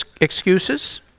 excuses